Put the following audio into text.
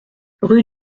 rue